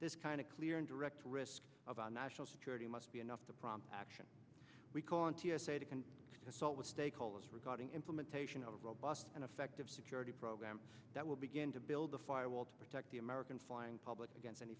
this kind of clear and direct risk of our national security must be enough to prompt action we call on t s a to start with stakeholders regarding implementation of a robust and effective security program that will begin to build a firewall to protect the american flying public against any